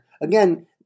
Again